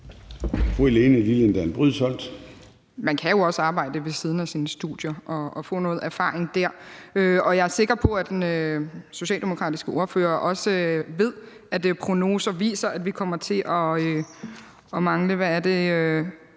Man kan jo også arbejde ved siden af sine studier og få noget erfaring der. Jeg er sikker på, at den socialdemokratiske ordfører også ved, at prognoser viser, at vi kommer til at mangle